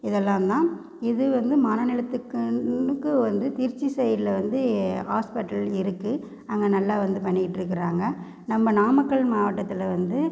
இதலாந்தான் இது வந்து மனநலத்துக்குன்னுக்கு வந்து திருச்சி சைடில் வந்து ஹாஸ்பிட்டல் இருக்குது அங்கே நல்லா வந்து பண்ணிட்ருக்குறாங்க நம்ம நாமக்கல் மாவட்டத்தில் வந்து